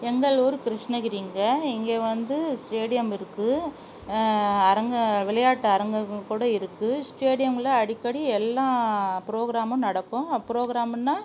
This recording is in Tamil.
எங்கள் ஊர் கிருஷ்ணகிரிங்க இங்கே வந்து ஸ்டேடியம் இருக்குது அரங்க விளையாட்டு அரங்கம் கூட இருக்குது ஸ்டேடியங்களில் அடிக்கடி எல்லா ப்ரோக்ராமும் நடக்கும் ப்ரோக்ராமுன்னால்